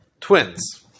Twins